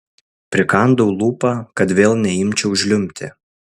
prikandau lūpą kad vėl neimčiau žliumbti